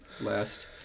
last